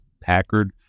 Packard